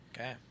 Okay